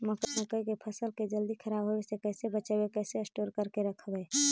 मकइ के फ़सल के जल्दी खराब होबे से कैसे बचइबै कैसे स्टोर करके रखबै?